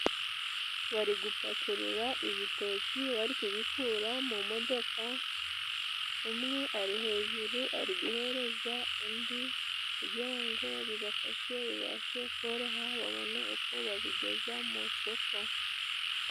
Bari gupakurura ibitoki bari kubikura mu modoka, umwe ari hejuru ari guhereza undi kugira ngo bibafashe bibashe koroha babone uko babigeza mu soko.